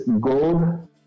gold